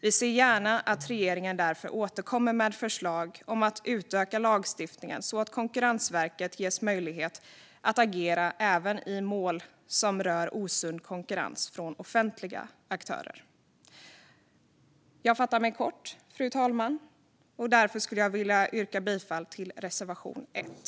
Vi ser därför gärna att regeringen återkommer med förslag om att utöka lagstiftningen så att Konkurrensverket ges möjlighet att agera även i mål som rör osund konkurrens från offentliga aktörer. Fru talman! Jag yrkar bifall till reservation 1.